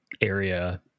area